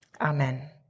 Amen